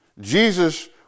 Jesus